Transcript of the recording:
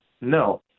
No